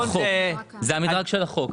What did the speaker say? זה המדרג של החוק.